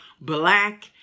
black